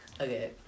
Okay